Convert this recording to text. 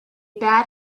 bad